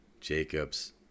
Jacobs